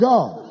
God